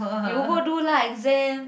you go do lah exam